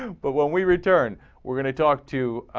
but when we return we're gonna talk to